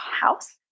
house